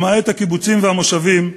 למעט הקיבוצים והמושבים,